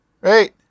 Right